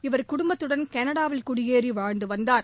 இவர் குடும்பத்துடன் கனடாவில் குடியேறி வாழ்ந்து வந்தார்